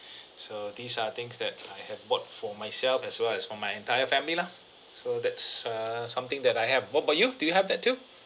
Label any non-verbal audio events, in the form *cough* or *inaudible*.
*breath* so these are things that I have bought for myself as well as for my entire family lah so that's err something that I have what about you do you have that too